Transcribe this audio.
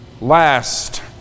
last